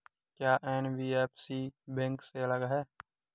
क्या NBFC bank से अलग है?